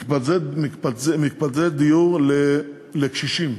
מקבצי דיור לקשישים.